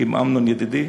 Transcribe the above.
עם אמנון ידידי,